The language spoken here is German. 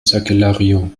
sakellariou